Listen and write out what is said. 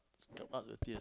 come out the tears